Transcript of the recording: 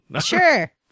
Sure